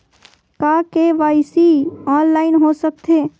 का KYC online हो सकथे?